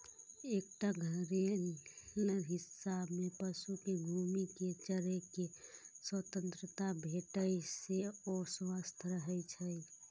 एकटा घेरल हिस्सा मे पशु कें घूमि कें चरै के स्वतंत्रता भेटै से ओ स्वस्थ रहै छै